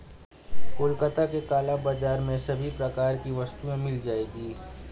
कोलकाता के काला बाजार में सभी प्रकार की वस्तुएं मिल जाएगी